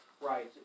right